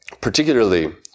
particularly